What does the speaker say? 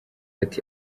ati